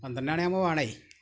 പന്ത്രണ്ടു മണിയാവുമ്പോൾ വേണം